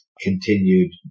continued